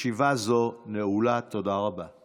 זה בדיוק מה